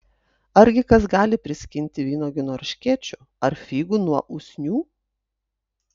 argi kas gali priskinti vynuogių nuo erškėčių ar figų nuo usnių